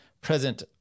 present